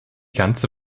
ganze